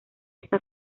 esa